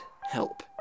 help